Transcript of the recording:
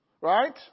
right